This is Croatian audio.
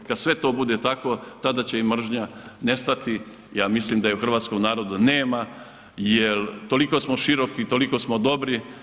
Kada sve to bude tako tada će i mržnja nestati, ja mislim da je u hrvatskom narodu nema jel toliko smo široki, toliko smo dobri.